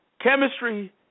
Chemistry